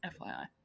FYI